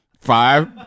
five